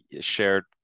shared